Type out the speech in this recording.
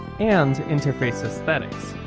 and interface aesthetics.